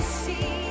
see